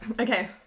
Okay